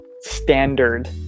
standard